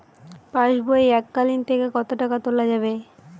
পাশবই এককালীন থেকে কত টাকা তোলা যাবে?